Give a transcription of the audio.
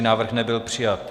Návrh nebyl přijat.